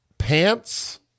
Pants